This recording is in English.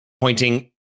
pointing